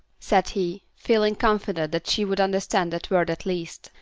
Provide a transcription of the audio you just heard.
said he, feeling confident that she would understand that word at least,